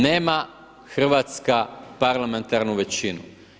Nema Hrvatska parlamentarnu većinu.